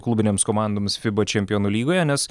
klubinėms komandoms fiba čempionų lygoje nes